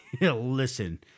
Listen